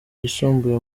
yisumbuye